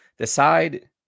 Decide